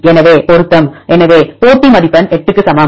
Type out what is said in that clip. எனவே பொருத்தம் எனவே போட்டி மதிப்பெண் 8 க்கு சமம்